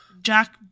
jack